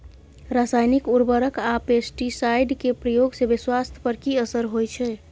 रसायनिक उर्वरक आ पेस्टिसाइड के प्रयोग से स्वास्थ्य पर कि असर होए छै?